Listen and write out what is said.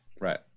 Right